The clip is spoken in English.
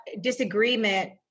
disagreement